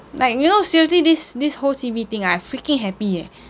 like you know seriously this this whole C_B thing ah I freaking happy eh